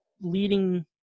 leading